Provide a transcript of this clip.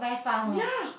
ya